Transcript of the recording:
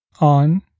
on